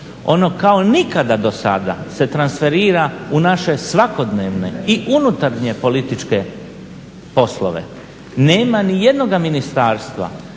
Ono kao nikada do sada se transferira u naše svakodnevne i unutarnje političke poslove. Nema nijednoga ministarstva,